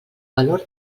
valor